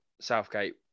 Southgate